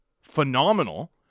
phenomenal